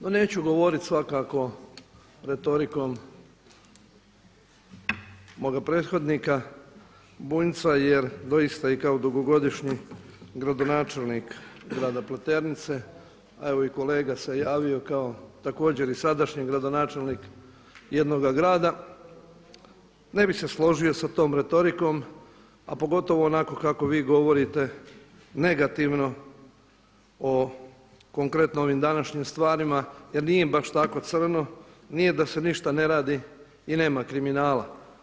No neću govoriti svakako retorikom moga prethodnika Bunjca jer doista i kao dugogodišnji gradonačelnik grada Pleternice a evo i kolega se javio kao također i sadašnji gradonačelnik jednoga grada, ne bih se složio sa tom retorikom a pogotovo onako kako vi govorite negativno o konkretno ovim današnjim stvarima jer nije baš tako crno, nije da se ništa ne radi i nema kriminala.